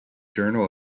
journal